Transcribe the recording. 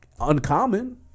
uncommon